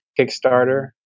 Kickstarter